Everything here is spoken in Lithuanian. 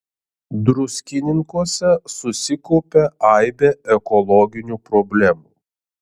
druskininkuose susikaupė aibė ekologinių problemų